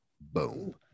Boom